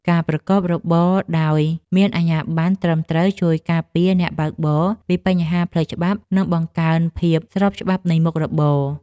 ការប្រកបរបរដោយមានអាជ្ញាបណ្ណត្រឹមត្រូវជួយការពារអ្នកបើកបរពីបញ្ហាផ្លូវច្បាប់ និងបង្កើនភាពស្របច្បាប់នៃមុខរបរ។